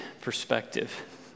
perspective